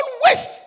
waste